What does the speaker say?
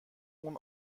اون